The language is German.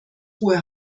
hohe